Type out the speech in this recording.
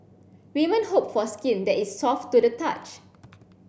women hope for skin that is soft to the touch